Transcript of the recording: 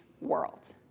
world